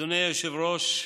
אדוני היושב-ראש,